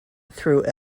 through